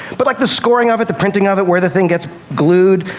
but like the scoring of it, the printing of it, where the thing gets glued,